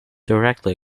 directly